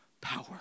power